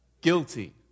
guilty